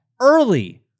early